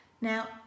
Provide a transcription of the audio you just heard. Now